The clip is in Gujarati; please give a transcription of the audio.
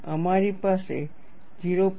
અમારી પાસે આ 0